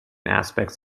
aspects